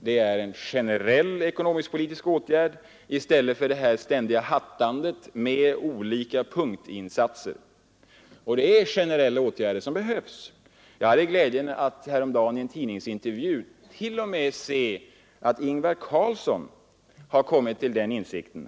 Det är en generell ekonomisk-politisk åtgärd i stället för det ständiga hattandet med olika punktinsatser. Och det är generella åtgärder som behövs. Jag hade glädjen att häromdagen i en tidningsintervju t.o.m. se att Ingvar Carlsson har kommit till den insikten.